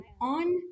on